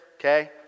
okay